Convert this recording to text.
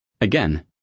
Again